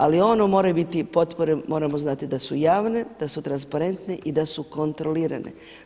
Ali ono moraju biti potpore, moramo znati da su javne, da su transparentne i da su kontrolirane.